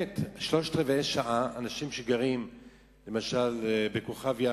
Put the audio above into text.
עשו, למשל הגשר בין היישוב אדם לבין